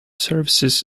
services